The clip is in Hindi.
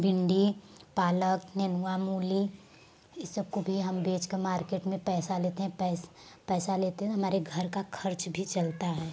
भिंडी पालक नेनुआ मूली ये सब को भी हम बेच कर मार्केट में पैसा लेते हैं पैसा लेते हैं तो हमारे घर का खर्च भी चलता है